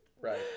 Right